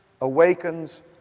awakens